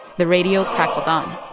the radio crackled on